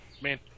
Man